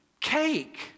cake